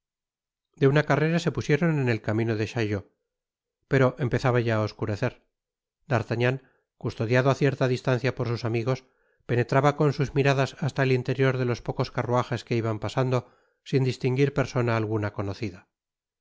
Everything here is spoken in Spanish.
de una carrera se pusieron en el camino de chaillot pero empezaba ya á oscurecer d'artagnan custodiado á cierta distancia por sus amigos penetraba con sus miradas hasta el interior delos pocos carruajes que iban pasando sin distinguir persona alguna conocida